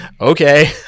Okay